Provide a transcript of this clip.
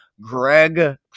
Greg